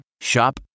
Shop